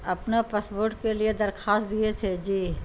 اپنا پاسپورٹ کے لیے درخواست دیے تھے جی